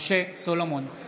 נגד לימור סון הר מלך,